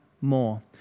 more